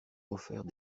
offert